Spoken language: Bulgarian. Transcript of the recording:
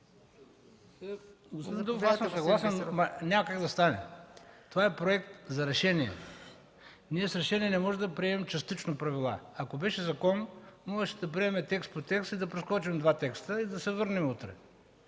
(ДПС): Аз съм съгласен, но няма как да стане. Това е проект за решение, но с решение не можем да приемем частично правила. Ако беше закон, можехме да приемем текст по текст, да прескочим два текста и да се върнем утре.